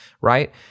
right